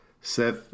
Seth